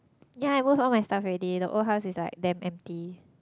yea I moved all my stuff already the old house is like damn empty